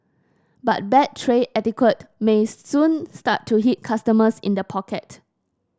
but bad tray etiquette may soon start to hit customers in the pocket